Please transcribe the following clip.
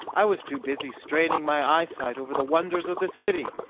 i was too busy straining my eyesight over the wonders of this city.